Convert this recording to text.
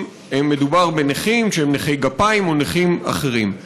אם מדובר בנכים שהם נכי גפיים או נכים אחרים.